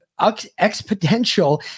exponential